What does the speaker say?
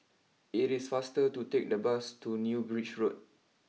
it is faster to take the bus to new Bridge Road